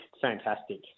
fantastic